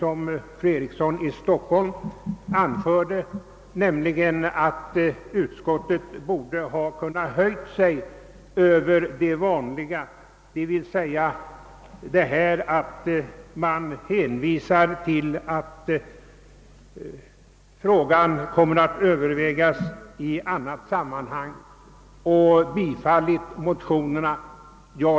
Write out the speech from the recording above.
Fru Eriksson i Stockholm ansåg att utskottet borde ha höjt sig över det vanliga argumentet, d.v.s. en hänvisning till att frågan kommer att övervägas i annat sammanhang, och bifallit motionerna.